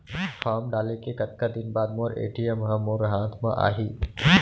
Form डाले के कतका दिन बाद मोर ए.टी.एम ह मोर हाथ म आही?